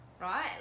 right